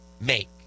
make